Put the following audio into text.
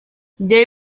they